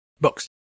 Books